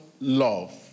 love